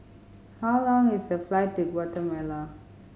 how long is the flight to Guatemala